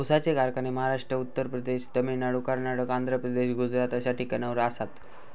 ऊसाचे कारखाने महाराष्ट्र, उत्तर प्रदेश, तामिळनाडू, कर्नाटक, आंध्र प्रदेश, गुजरात अश्या ठिकाणावर आसात